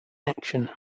action